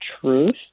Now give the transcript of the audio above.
truth